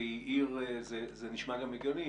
וזה נשמע גם הגיוני.